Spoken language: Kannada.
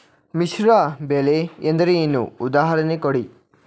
ಮಿಶ್ರ ಬೆಳೆ ಎಂದರೇನು, ಉದಾಹರಣೆ ಕೊಡಿ?